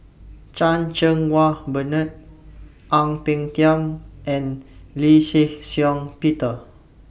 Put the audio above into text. Chan Cheng Wah Bernard Ang Peng Tiam and Lee Shih Shiong Peter